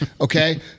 Okay